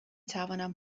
توانم